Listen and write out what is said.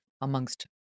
amongst